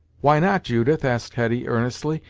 why not, judith? asked hetty, earnestly.